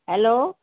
hello